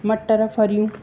मटर फली